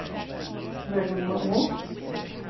very good morning